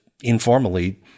informally